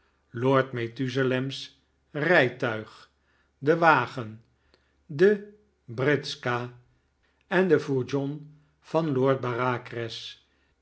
lord methusalem's rijtuig de wagen de britska en de fourgon van lord